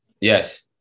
Yes